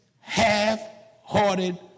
half-hearted